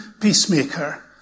peacemaker